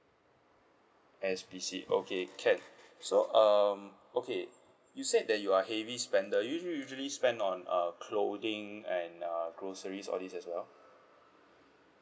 S_P_C okay can so um okay you said that you are heavy spender do you usually spend on um clothing and uh groceries all these as well